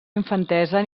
infantesa